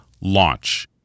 launch